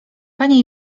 panie